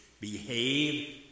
behave